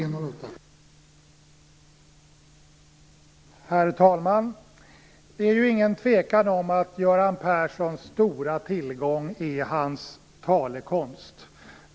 Herr talman! Det är ingen tvekan om att Göran Perssons stora tillgång är hans talekonst.